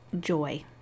joy